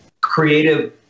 creative